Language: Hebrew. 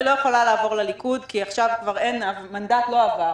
היא לא יכולה לעבור לליכוד כי המנדט לא עבר,